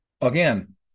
Again